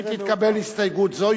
אם תתקבל הסתייגות זו,